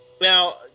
now